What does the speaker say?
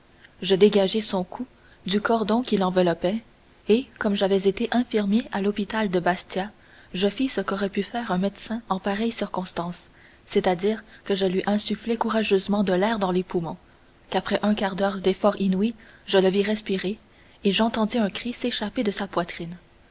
je dégageai son cou du cordon qui l'enveloppait et comme j'avais été infirmier à l'hôpital de bastia je fis ce qu'aurait pu faire un médecin en pareille circonstance c'est-à-dire que je lui insufflai courageusement de l'air dans les poumons qu'après un quart d'heure d'efforts inouïs je le vis respirer et j'entendis un cri s'échapper de sa poitrine